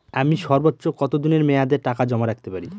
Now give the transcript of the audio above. আমি সর্বোচ্চ কতদিনের মেয়াদে টাকা জমা রাখতে পারি?